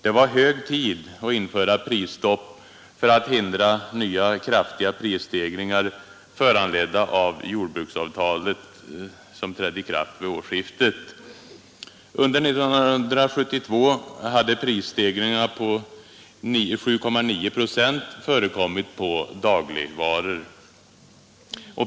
Det var hög tid att införa prisstopp för att hindra att nya kraftiga prisstegringar, föranledda av jordbruksavtalet, trädde i kraft vid årsskiftet. Under år 1972 hade prisstegringar på 7,9 procent förekommit på dagligvaror.